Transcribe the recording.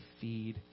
feed